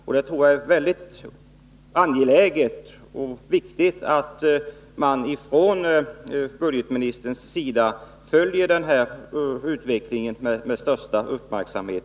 Jag tycker därför att det är angeläget att budgetministern följer utvecklingen med största uppmärksamhet.